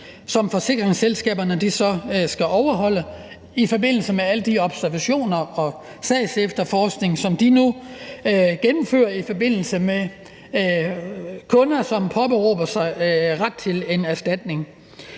som forsikringsselskaberne så skal overholde i forbindelse med alle de observationer og den sagsefterforskning, som de nu gennemfører i forbindelse med kunder, som påberåber sig en ret til erstatning.